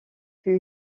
fut